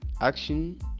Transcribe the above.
action